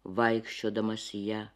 vaikščiodamas į ją